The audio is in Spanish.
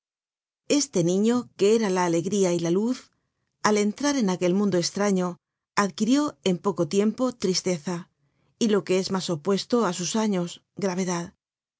este niño que era la alegría y la luz al entrar en aquel mundo estraño adquirió en poco tiempo tristeza y lo que es mas opuesto á sus años gravedad